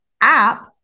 app